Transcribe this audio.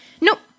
Nope